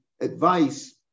advice